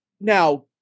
Now